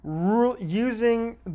using